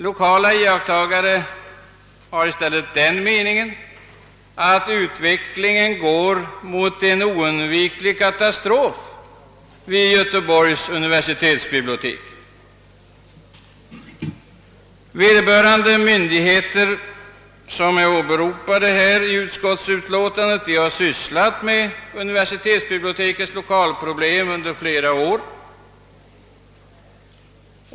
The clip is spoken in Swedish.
De menar i stället att utvecklingen går mot en oundviklig katastrof vid Göteborgs universitetsbibliotek. Vederbörande myndigheter, som är åberopade i utskottets utlåtande, har arbetat med universitetsbibliotekets lokalproblem under flera år.